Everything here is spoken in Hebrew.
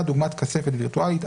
דוגמת כספת ווירטואלית,